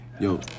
Yo